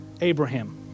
Abraham